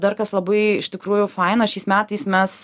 dar kas labai iš tikrųjų faina šiais metais mes